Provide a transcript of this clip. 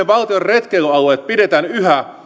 valtion retkeilyalueet pidetään yhä